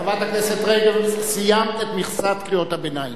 חברת הכנסת רגב, סיימת את מכסת קריאות הביניים.